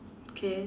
K